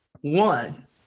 One